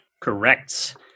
Correct